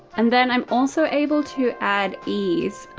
and then i'm also able to add ease.